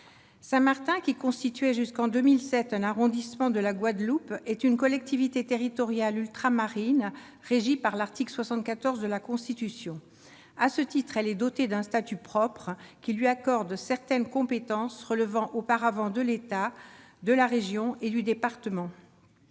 Saint-Martin, qui était jusqu'en 2007 un arrondissement de la Guadeloupe, est une collectivité territoriale ultramarine régie par l'article 74 de la Constitution. À ce titre, elle est dotée d'un statut propre qui lui accorde certaines compétences relevant auparavant de l'État, de la région ou du département.